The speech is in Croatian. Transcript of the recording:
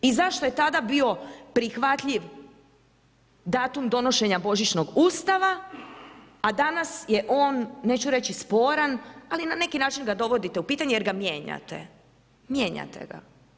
I zašto je tada bio prihvatljiv datum donošenja božićnog ustava, a danas je on neću reći sporan, ali na nekim način ga dovodite u pitanje jer ga mijenjate, mijenjate ga.